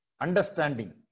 Understanding